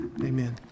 Amen